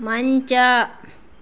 ಮಂಚ